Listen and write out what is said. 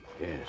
Yes